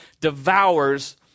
devours